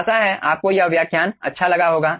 आशा है आपको यह व्याख्यान अच्छा लगा होगा